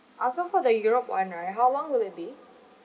so for the europe one right how long will it be